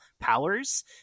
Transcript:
powers